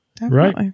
Right